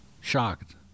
shocked